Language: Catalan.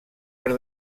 per